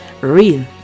Real